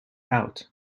out